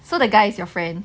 so the guy is your friend